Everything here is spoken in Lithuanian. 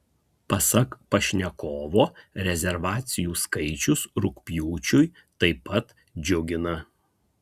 pasak pašnekovo rezervacijų skaičius rugpjūčiui taip pat džiugina